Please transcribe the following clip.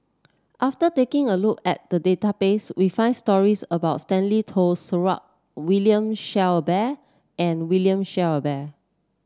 after taking a look at the database we found stories about Stanley Toft Stewart William Shellabear and William Shellabear